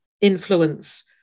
influence